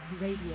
Radio